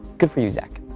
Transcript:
good for you, zack.